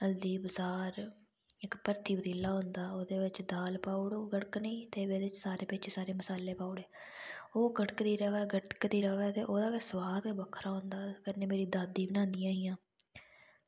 हल्दी बसार इक परथी पतीला होंदा ओह्दे बिच्च दाल पाई ओड़ो गड़कने ते ओह्दे बिच्च सारे मसाले पाई औड़े ओह् गड़कदी र'वै गड़कदी र'वै ते ओह्दे च सोआद गै बक्खरा होंदा कन्नै मेरी दादी बनांदियां हियां